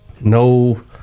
no